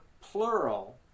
plural